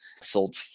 sold